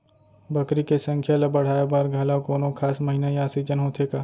बकरी के संख्या ला बढ़ाए बर घलव कोनो खास महीना या सीजन होथे का?